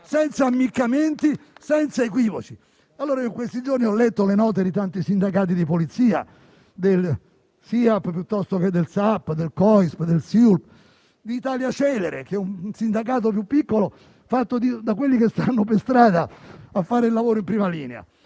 senza ammiccamenti ed equivoci. In questi giorni ho letto le note di tanti sindacati di Polizia: quelli del SIAP, del SAP, del COISP, del SIULP, di Italia Celere, che è un sindacato più piccolo fatto da quelli che stanno per strada a fare il lavoro in prima linea.